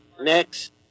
Next